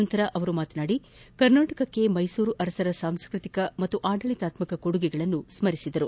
ನಂತರ ಮಾತನಾಡಿದ ಅವರು ಕರ್ನಾಟಕಕ್ಕೆ ಮೈಸೂರು ಅರಸರ ಸಾಂಸ್ಕೃತಿಕ ಮತ್ತು ಆಡಳಿತಾತ್ಮಕ ಕೊಡುಗೆಗಳನ್ನು ಸ್ಮರಿಸಿದರು